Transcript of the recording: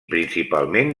principalment